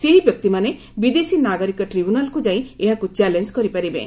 ସେହି ବ୍ୟକ୍ତିମାନେ ବିଦେଶୀ ନାଗରିକ ଟ୍ରିବ୍ୟୁନାଲ୍କୁ ଯାଇ ଏହାକୁ ଚ୍ୟାଲେଞ୍ କରିପାରିବେ